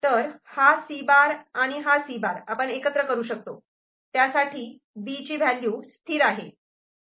तऱ् हा C' आणि हा C' आपण एकत्र करू शकतो त्यासाठी B ची व्हॅल्यू स्थिर आहे